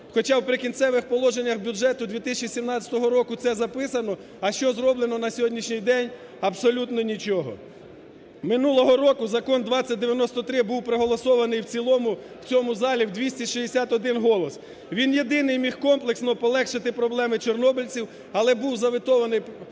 Хоча в прикінцевих положеннях бюджету 2017 року це записано, а що зроблено на сьогоднішній день? Абсолютно нічого. Минулого року закон 2093 був проголосований в цілому в цьому залі в 261 голос. Він єдиний міг комплексно полегшити проблеми чорнобильців. Але був заветований